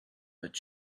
but